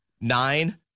nine